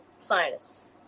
scientists